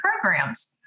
programs